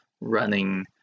running